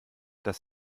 dass